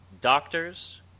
Doctors